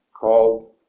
called